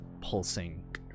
pulsing